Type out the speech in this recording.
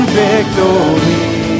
victory